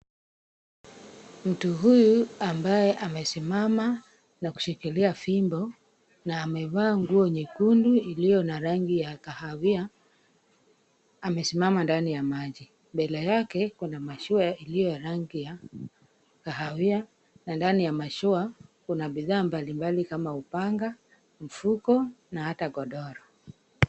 Mtu huyu ambaye amesimama na kushikilia fimbo na amevaa nguo nyekundu iliyo na rangi ya kahawia amesimama ndani ya maji. Mbele yake kuna mashua iliyo rangi ya kahawia na ndani ya mashua kuna bidhaa mbalimbali kama upanga, mfuko na hata godoro.